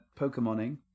pokemoning